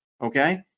okay